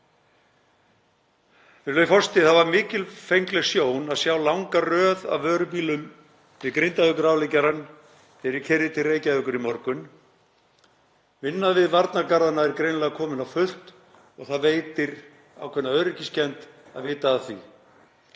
Það var mikilfengleg sjón að sjá langa röð af vörubílum við Grindavíkurafleggjarann þegar ég keyrði til Reykjavíkur í morgun. Vinna við varnargarðanna er greinilega komin á fullt og það veitir ákveðna öryggiskennd að vita af því.